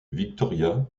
victoria